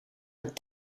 het